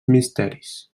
misteris